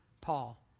Paul